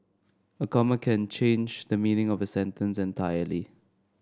a comma can change the meaning of a sentence entirely